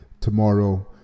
tomorrow